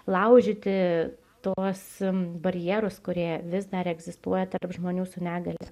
laužyti tuos barjerus kurie vis dar egzistuoja tarp žmonių su negalia